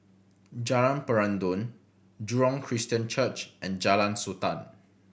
Jalan Peradun Jurong Christian Church and Jalan Sultan